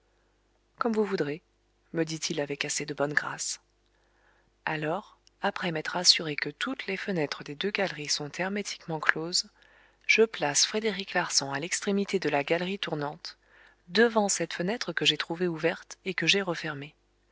comme vous voudrez me dit-il alors après m'être assuré que toutes les fenêtres des deux galeries sont hermétiquement closes je place frédéric larsan à l'extrémité de la galerie tournante devant cette fenêtre que j'ai trouvée ouverte et que j'ai refermée